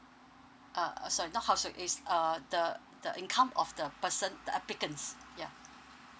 uh uh sorry not household is uh the the income of the person the applicant's ya